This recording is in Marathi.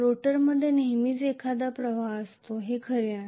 रोटरमध्ये नेहमीच एखादा प्रवाह असतो हे खरं नाही